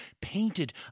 painted